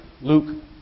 Luke